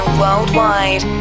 worldwide